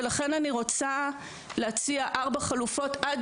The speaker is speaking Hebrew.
לכן אני רוצה להציע ארבע חלופות עד